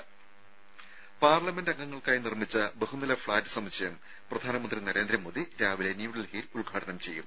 രും പാർലമെന്റ് അംഗങ്ങൾക്കായി നിർമ്മിച്ച ബഹുനില ഫ്ലാറ്റ് സമുച്ചയം പ്രധാനമന്ത്രി നരേന്ദ്രമോദി രാവിലെ ന്യൂഡൽഹിയിൽ ഉദ്ഘാടനം ചെയ്യും